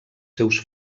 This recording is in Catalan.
seus